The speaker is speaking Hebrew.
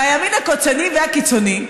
מהימין הקוצני והקיצוני.